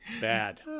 Bad